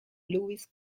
lewis